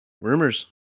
rumors